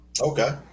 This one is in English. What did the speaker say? Okay